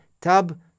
tab